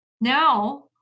now